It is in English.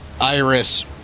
iris